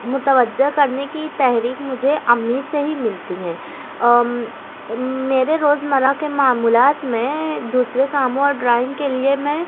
متوجہ کرنے کی تحریک مجھے امّی سے ہی ملتی ہیں میرے روزمرّہ کے معمولات میں دوسرے کاموں اور ڈرائنگ کے لیے میں